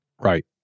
Right